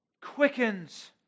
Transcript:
quickens